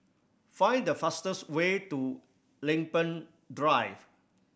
find the fastest way to Lempeng Drive